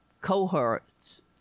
cohorts